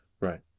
Right